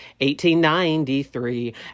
1893